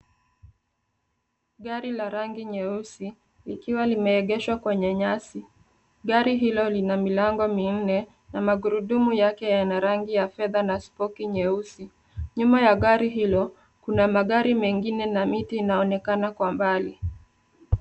Gari la rangi nyeusi likiwa limeegeshwa kwenye nyasi. Gari hilo lina milango minne na magurudumu yake yana rangi ya fedha na spoki nyeusi. Nyuma ya gari hilo kuna magari mengine na miti inaonekana kwa mbali.